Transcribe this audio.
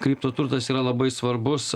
kripto turtas yra labai svarbus